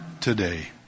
today